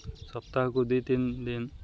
ସପ୍ତାହକୁ ଦୁଇ ତିନି ଦିନ